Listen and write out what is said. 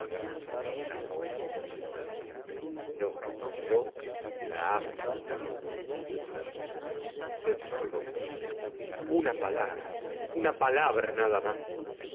qué bueno es usted no yo la amo usted y eso es todo usted no lo ignora una palabra una palabra nada más